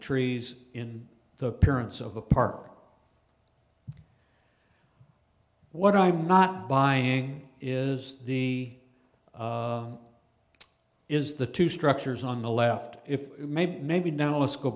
trees in the appearance of the park what i'm not buying is the is the two structures on the left if maybe maybe now let's go